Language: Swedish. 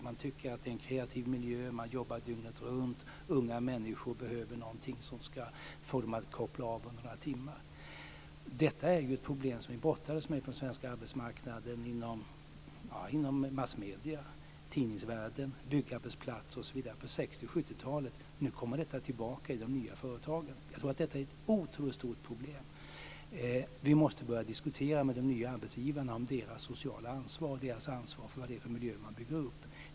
Man tycker att det är en kreativ miljö och man jobbar dygnet runt. Unga människor behöver något som får dem att koppla av under några timmar. Samma problem brottades vi ju med på den svenska arbetsmarknaden inom massmedierna, i tidningsvärlden, på byggarbetsplatser osv. på 60 och 70-talen. Nu kommer det här tillbaka i de nya företagen. Jag tror att detta är ett otroligt stort problem. Vi måste börja diskutera med de nya arbetsgivarna om deras sociala ansvar och om deras ansvar för den miljö som byggs upp.